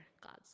God's